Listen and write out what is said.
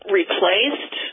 replaced